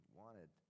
wanted